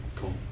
cool